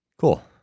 Cool